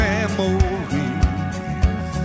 Memories